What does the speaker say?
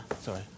Sorry